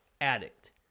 addict